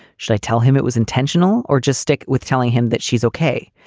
should i tell him it was intentional or just stick with telling him that she's okay?